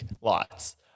lots